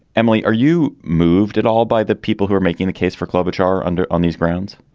emily, are you moved at all by the people who are making the case for club, which are under on these grounds?